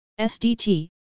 SDT